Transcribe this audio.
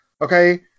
okay